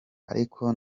ariko